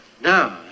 No